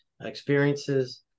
experiences